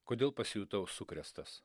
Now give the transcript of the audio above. kodėl pasijutau sukrėstas